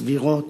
סבירות,